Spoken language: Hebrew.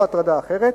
או הטרדה אחרת,